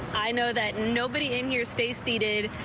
i know that nobody in here stays seated.